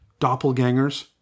doppelgangers